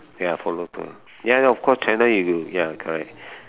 ya follow tour ya of course China if you ya correct